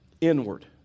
inward